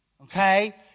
okay